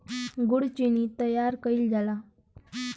गुड़ चीनी तइयार कइल जाला